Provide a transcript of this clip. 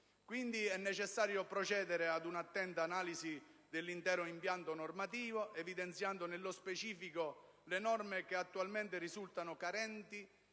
Quindi, è necessario procedere ad un'attenta analisi dell'intero impianto normativo, evidenziando nello specifico le norme che attualmente risultano carenti